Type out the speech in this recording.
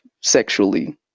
sexually